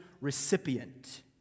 recipient